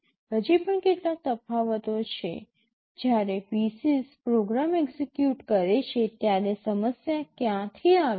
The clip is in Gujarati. હજી પણ કેટલાક તફાવતો છે જ્યારે PC's પ્રોગ્રામ એક્ઝેક્યુટ કરે છે ત્યારે સમસ્યા ક્યાંથી આવે છે